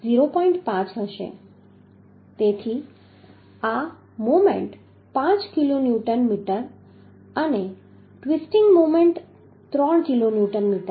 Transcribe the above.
5 હશે તેથી આ છે આ મોમેન્ટ 5 કિલોન્યુટન મીટર અને ટ્વીસ્ટિંગ મોમેન્ટ ત્રણ કિલોન્યુટન મીટર હતી